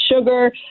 sugar